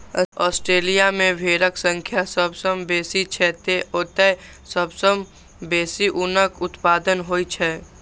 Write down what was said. Australia मे भेड़क संख्या सबसं बेसी छै, तें ओतय सबसं बेसी ऊनक उत्पादन होइ छै